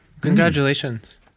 Congratulations